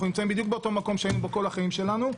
אנחנו נמצאים באותו מקום שהיינו בו כל החיים שלנו,